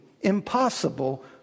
impossible